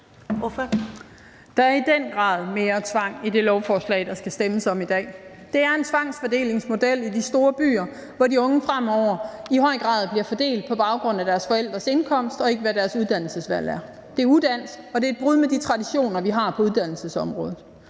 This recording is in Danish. Der er i den grad mere tvang i det lovforslag, der skal stemmes om i dag. Det er en tvangsfordelingsmodel i de store byer, hvor de unge fremover i høj grad bliver fordelt på baggrund af deres forældres indkomst og ikke på baggrund af deres uddannelsesvalg. Det er udansk, og det er et brud med de traditioner, vi har på uddannelsesområdet.